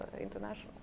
international